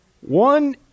One